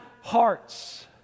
hearts